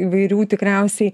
įvairių tikriausiai